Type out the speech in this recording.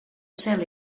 cel